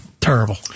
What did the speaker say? Terrible